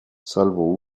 salvo